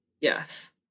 Yes